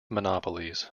monopolies